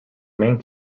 main